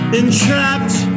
entrapped